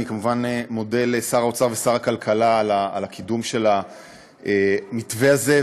אני כמובן מודה לשר האוצר ולשר הכלכלה על קידום המתווה הזה.